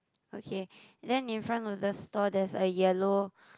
okay then in front of the store there's a yellow